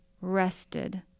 rested